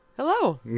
Hello